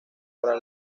para